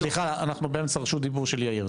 סליחה, אנחנו ברשות דיבור של יאיר.